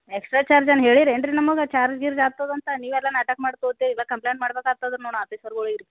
extra charge ಏನು ಹೇಳೀರಿ ಏನ್ರಿ ನಮಗೆ ಚಾರ್ಜ್ ಗೀರ್ಜ್ ಆಗ್ತದ್ ಅಂತ ನೀವು ಎಲ್ಲ ನಾಟಕ ಮಾಡಿ ತೊಗೋತೀರ ಕಂಪ್ಲೇಂಟ್ ಮಾಡ್ಬೇಕಾಗ್ತದ್ ನೋಡಿ ಆಪೀಸುರ್ಗಳಿಗೆ ರೀ